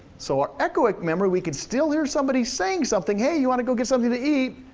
so ah echoic memory we can still hear somebody saying something hey, you wanna go get something to eat?